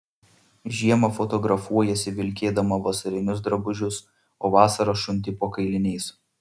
žiemą fotografuojiesi vilkėdama vasarinius drabužius o vasarą šunti po kailiniais